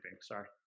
sorry